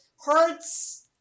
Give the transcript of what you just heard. hurts